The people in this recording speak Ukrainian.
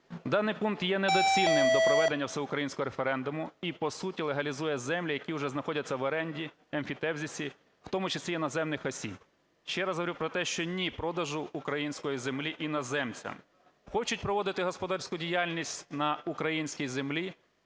даний пункт є недоцільним до проведення всеукраїнського референдуму і по суті легалізує землі, які уже знаходяться в оренді, емфітевзисі в тому числі іноземних осіб. Ще раз говорю про те, що "ні" – продажу української землі іноземцям. Хочуть проводити господарську діяльність на українській землі